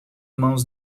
mãos